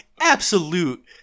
absolute